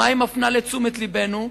למה היא מפנה את תשומת לבנו?